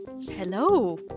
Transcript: Hello